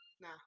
No